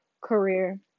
career